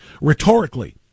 rhetorically